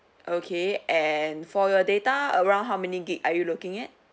okay and for your data around how may gig are you looking at